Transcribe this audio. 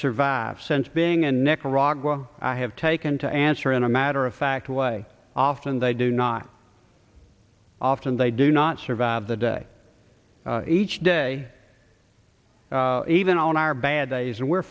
survive sense being a nicaragua i have taken to answer in a matter of fact way often they do not often they do not survive the day each day even on our bad days and we're